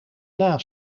dna